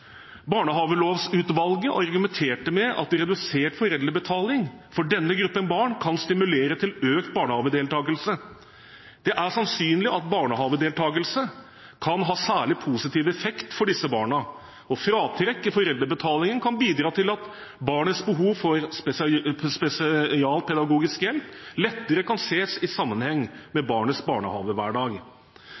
Barnehagelovutvalget argumenterte med at redusert foreldrebetaling for denne gruppen barn kan stimulere til økt barnehagedeltakelse. Det er sannsynlig at barnehagedeltakelse kan ha særlig positiv effekt for disse barna, og fratrekk i foreldrebetalingen kan bidra til at barnets behov for spesialpedagogisk hjelp lettere kan ses i sammenheng med barnets